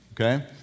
okay